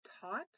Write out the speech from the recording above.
taught